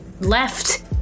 left